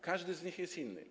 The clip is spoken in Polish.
Każdy z nich jest inny.